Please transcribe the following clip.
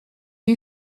lui